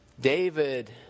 David